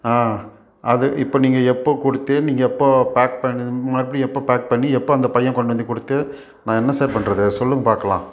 ஆ அது இப்போ நீங்கள் எப்போ கொடுத்து நீங்கள் எப்போ பேக் பண்ணணும் மறுபடி எப்போ பேக் பண்ணி எப்போ அந்த பையன் கொண்டு வந்து கொடுத்து நான் என்ன சார் பண்ணுறது சொல்லுங்க பாக்கலாம்